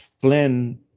Flynn